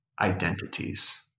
identities